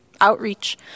outreach